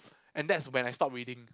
and that's when I stop reading